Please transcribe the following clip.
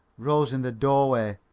rose in the doorway,